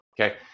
Okay